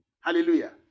Hallelujah